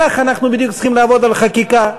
כך בדיוק אנחנו צריכים לעבוד על חקיקה,